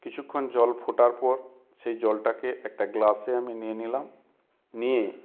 কিছুক্ষণ জল ফোটার পর সেই জলটাকে একটা গ্লাসে আমি নিয়ে নিলাম নিয়ে